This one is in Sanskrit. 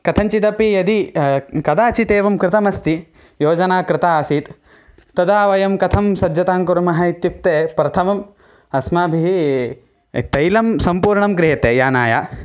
कथञ्चिदपि यदि कदाचित् एवं कृतमस्ति योजना कृता आसीत् तदा वयं कथं सज्जतां कुर्मः इत्युक्ते प्रथमं अस्माभिः तैलं सम्पूर्णं क्रियते यानाय